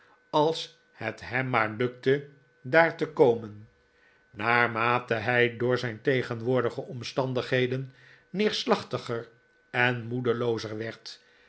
als het hem maar lukte daar te komen naarmate hij door zijn tegenwoordige omstandigheden neerslachtiger en moedeloozer